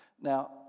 Now